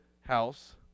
house